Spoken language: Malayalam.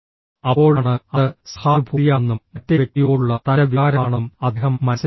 അപ്പോഴാണ് അത് സഹാനുഭൂതിയാണെന്നും മറ്റേ വ്യക്തിയോടുള്ള തൻ്റെ വികാരമാണെന്നും അദ്ദേഹം മനസ്സിലാക്കിയത്